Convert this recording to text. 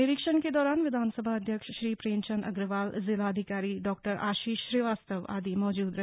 निरीक्षण के दौरान विधानसभा अध्यक्ष श्री प्रेम चंद अग्रवाल जिलाधिकारी डॉ आशीष श्रीवास्तव आदि मौजूद रहे